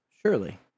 surely